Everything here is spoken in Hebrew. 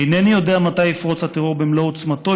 "אינני יודע מתי יפרוץ הטרור במלוא עוצמתו,